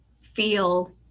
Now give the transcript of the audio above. feel